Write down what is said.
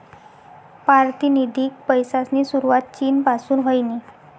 पारतिनिधिक पैसासनी सुरवात चीन पासून व्हयनी